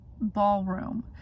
ballroom